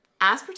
Aspartame